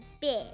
big